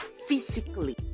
physically